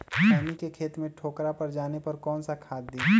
खैनी के खेत में ठोकरा पर जाने पर कौन सा खाद दी?